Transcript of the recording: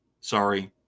sorry